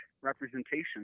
representation